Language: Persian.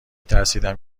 ترسیدم